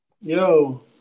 Yo